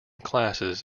classes